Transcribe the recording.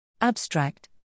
Abstract